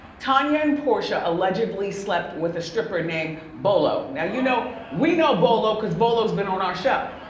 tonya and porsche allegedly slept with a stripper name bolo. now, you know, we know bolo cause bolo has been on our show.